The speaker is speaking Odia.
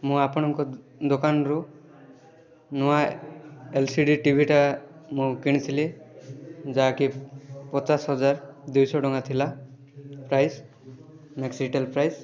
ମୁଁ ଆପଣଙ୍କ ଦୋ ଦୋକାନରୁ ନୂଆ ଏଲ ସି ଡ଼ି ଟିଭିଟା ମୁଁ କିଣିଥିଲି ଯାହା କି ପଚାଶ ହଜାର ଦୁଇଶହ ଟଙ୍କା ଥିଲା ପ୍ରାଇଶ୍ ମାକ୍ସ ରିଟେଲ୍ ପ୍ରାଇସ୍